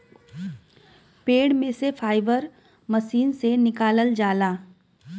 पेड़ में से फाइबर मशीन से निकालल जाला